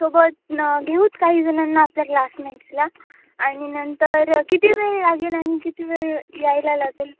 सोबत न घेऊ काही जणांना आपल्या क्लासमेट्सला आणि नंतर किती वेळ लागेल आणि किती वेळ यायला लागेल